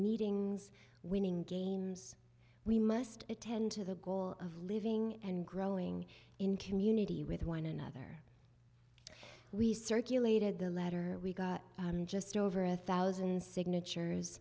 meetings winning games we must attend to the goal of living and growing in community with one another we circulated the letter we got just over a one thousand signatures